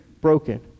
broken